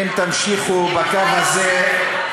אם תמשיכו בקו הזה,